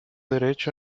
derecho